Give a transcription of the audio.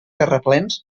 terraplens